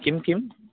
किं किम्